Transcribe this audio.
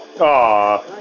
Aw